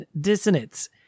Dissonance